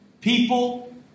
people